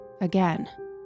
again